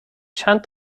چند